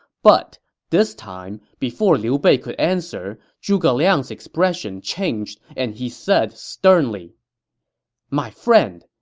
but this time, before liu bei could answer, zhuge liang's expression changed and he said sternly my friend,